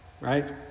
right